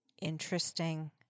Interesting